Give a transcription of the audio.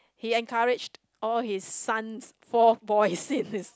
he encouraged all his sons four boys in his